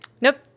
Nope